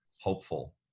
hopeful